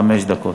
חמש דקות.